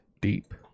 deep